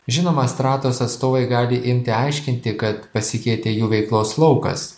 žinoma stratos atstovai gali imti aiškinti kad pasikeitė jų veiklos laukas